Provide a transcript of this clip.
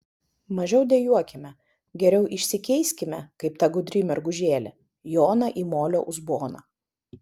mažiau dejuokime geriau išsikeiskime kaip ta gudri mergužėlė joną į molio uzboną